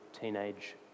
teenage